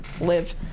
live